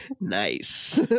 nice